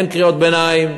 אין קריאות ביניים.